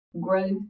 Growth